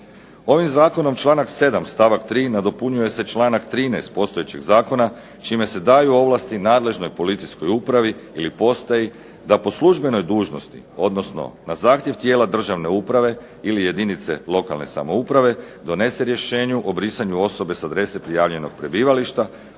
Ovim zakonom čl. 7. stavak 3. nadopunjuje se čl. 13. postojećeg zakona čime se daju ovlasti nadležnoj policijskoj upravi ili postaji da po službenoj dužnosti, odnosno na zahtjev tijela Državne uprave ili jedinice lokalne samouprave donese rješenje o brisanju osobe s adrese prijavljenog prebivališta